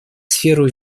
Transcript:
сферу